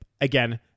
again